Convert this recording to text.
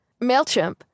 MailChimp